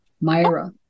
Myra